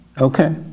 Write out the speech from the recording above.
Okay